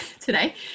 today